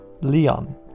Leon